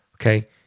okay